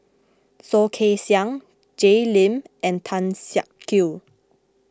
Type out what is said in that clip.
Soh Kay Siang Jay Lim and Tan Siak Kew